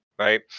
Right